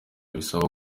bisaba